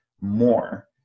more